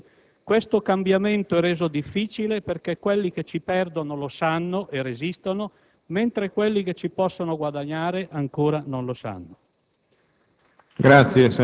Il cambiamento del sistema energetico è tecnicamente ed economicamente fattibile, ma, come faceva notare Bill Clinton alla Conferenza di Montréal citando Macchiavelli,